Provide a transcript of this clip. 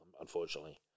unfortunately